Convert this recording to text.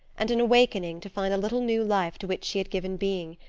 and an awakening to find a little new life to which she had given being,